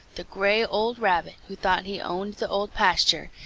the gray old rabbit who thought he owned the old pasture,